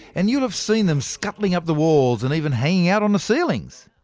and you'll have seen them scuttling up the walls, and even hanging out on the ceilings.